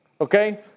okay